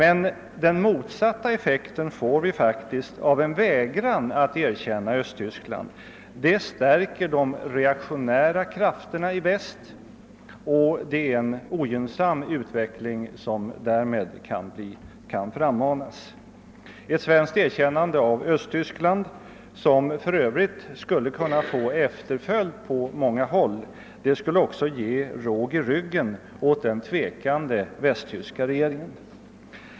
En vägran att erkänna Östtyskland skulle däremot få den motsatta effekten. Det skulle stärka de reaktionära krafterna i väst, varigenom en ogynnsam utveckling kan frammanas. Ett svenskt erkännande av Östtyskland, som för övrigt skulle kunna få efterföljd på många håll, skulle också ge råg i ryggen hos den tvekande västtyska regeringen.